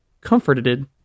comforted